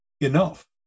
Enough